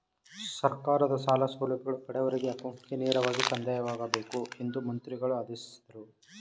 ಸರ್ಕಾರದ ಸಾಲ ಸೌಲಭ್ಯಗಳು ಬಡವರಿಗೆ ಅಕೌಂಟ್ಗೆ ನೇರವಾಗಿ ಸಂದಾಯವಾಗಬೇಕು ಎಂದು ಮಂತ್ರಿಗಳು ಆಶಿಸಿದರು